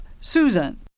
Susan